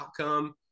outcome